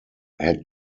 had